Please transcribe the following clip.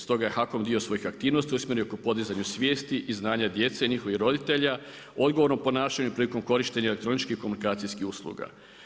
Stoga je HAKOM dio svojih aktivnosti usmjerio oko podizanja svijesti i znanja djece, njihovih roditelja, odgovorno ponašanje prilikom korištenja elektroničkih komunikacijskih usluga.